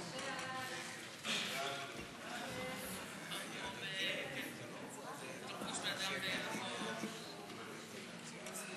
ההסתייגות